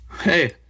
Hey